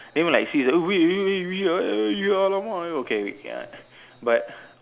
then like alamak okay ya but